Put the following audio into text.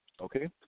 Okay